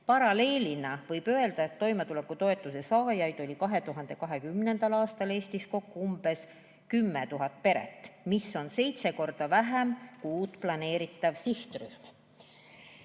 Paralleelina võib öelda, et toimetulekutoetust sai 2020. aastal Eestis kokku umbes 10 000 peret, mida on seitse korda vähem, kui on planeeritava sihtrühma